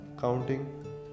counting